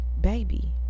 baby